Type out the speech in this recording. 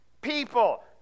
people